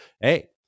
hey